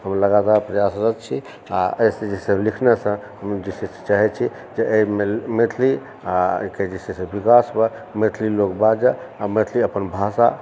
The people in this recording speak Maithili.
हम लगातार प्रयासरत छी आ एहि सऽ जे छै आब लिखने सऽ हम जे छै से चाहै छी जे एहि मैथिली आ एकर विकास पर मैथिली लोग बाजऽ आ मैथिली अपन भाषा